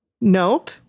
Nope